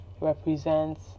represents